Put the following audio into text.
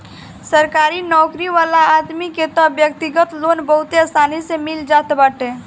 सरकारी नोकरी वाला आदमी के तअ व्यक्तिगत लोन बहुते आसानी से मिल जात बाटे